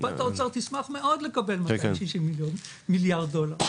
קופת האוצר תשמח מאוד לקבל 260 מיליארד דולר.